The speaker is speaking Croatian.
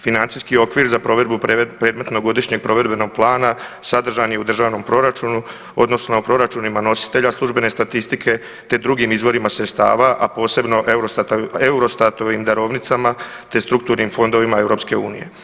Financijski okvir za provedbu predmetnog godišnjeg provedbenog plana sadržan je u državnom proračunu odnosno proračunima nositelja služene statistike te drugim izvorima sredstava, a posebno Eurostatovim darovnicama te strukturnim fondovima EU.